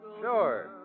Sure